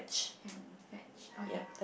and veg okay